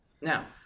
Now